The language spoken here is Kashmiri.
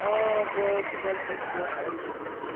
آ باغ چھُ بَڑٕ فٔسٹ کٕلاس آیہِ بَنٲوِتھ